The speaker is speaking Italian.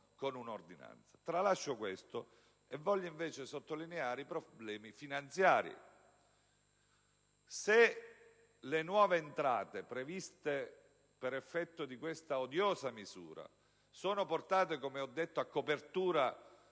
con una ordinanza. Tralascio questo aspetto e voglio invece sottolineare i problemi finanziari: se le nuove entrate previste per effetto di questa odiosa misura sono portate, come ho detto, a copertura